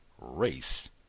race